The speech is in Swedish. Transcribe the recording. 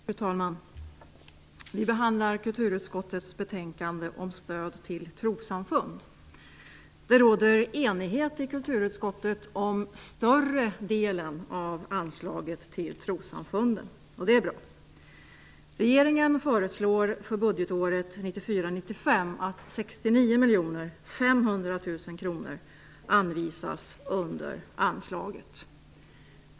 Fru talman! Vi behandlar kulturutskottets betänkande om stöd till trossamfund. Det råder enighet i kulturutskottet om större delen av anslaget till trossamfunden. Det är bra. Regeringen föreslår för budgetåret 1994/95 att 69 500 000 kr anvisas under anslaget.